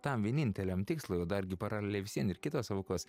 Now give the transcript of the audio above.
tam vieninteliam tikslui o dargi paraleliai vis vien ir kitos aukos